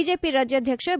BJP ರಾಜ್ಯಾಧ್ವಕ್ಷ B